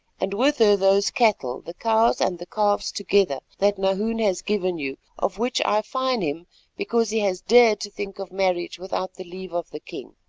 and with her those cattle, the cows and the calves together, that nahoon has given you, of which i fine him because he has dared to think of marriage without the leave of the king.